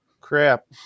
Crap